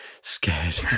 scared